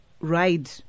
ride